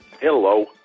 Hello